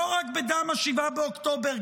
לא רק בדם ה-7 באוקטובר,